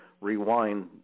Rewind